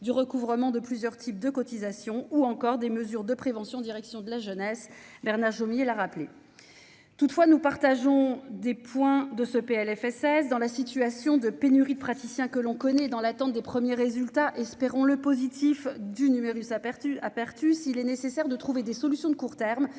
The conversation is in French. du recouvrement de plusieurs types de cotisations ou encore des mesures de prévention en direction de la jeunesse Bernard Jomier la rappeler toutefois, nous partageons des points de ce Plfss, dans la situation de pénurie de praticiens que l'on connaît, dans l'attente des premiers résultats, espérons-le, positif du numerus apertus à Perthus il est nécessaire de trouver des solutions de court terme,